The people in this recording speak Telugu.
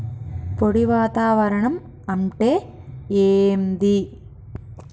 పొడి వాతావరణం అంటే ఏంది?